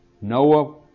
Noah